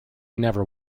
never